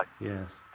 Yes